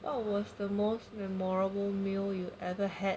what was the most memorable meal you ever had